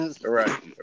right